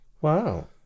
Wow